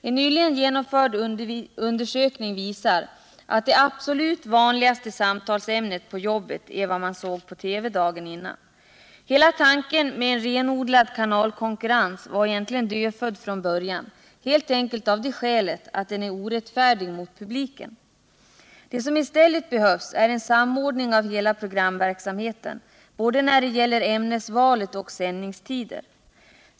En nyligen genomförd undersökning visar att det absolut vanligaste samtalsämnet på jobbet är vad man såg på TV dagen innan. Hela tanken med en renodlad kanalkonkurrens var egentligen dödfödd från början, helt enkelt av det skälet att den är orättfärdig mot publiken. Det som i stället behövs är en samordning av hela programverksamheten både när det gäller ämnesvalet och sändningstiderna.